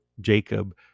Jacob